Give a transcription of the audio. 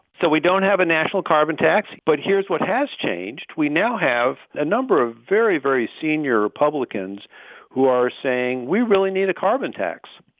so we don't have a national carbon tax. but here's what has changed. we now have a number of very, very senior republicans who are saying we really need a carbon tax.